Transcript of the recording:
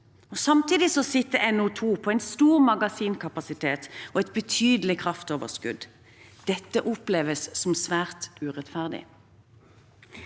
Samtidig sitter NO2-området på en stor magasinkapasitet og et betydelig kraftoverskudd. Dette oppleves som svært urettferdig.